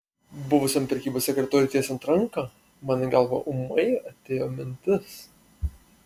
buvusiam prekybos sekretoriui tiesiant ranką man į galvą ūmai atėjo mintis